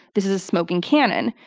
this is a smoking cannon.